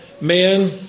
Man